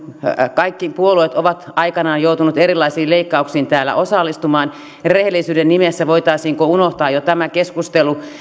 kaikki puolueet ovat aikanaan joutuneet erilaisiin leikkauksiin täällä osallistumaan niin että rehellisyyden nimessä voitaisiinko unohtaa jo tämä keskustelu siitä